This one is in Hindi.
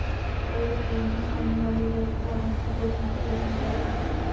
डे ट्रेडिंग करने वाले व्यक्ति अवांछित जोखिम से बचना चाहते हैं